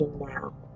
now